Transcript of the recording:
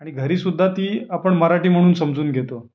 आणि घरीसुद्धा ती आपण मराठी म्हणून समजून घेतो